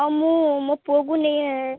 ହଁ ମୁଁ ମୋ ପୁଅକୁ ନେଇ